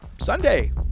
Sunday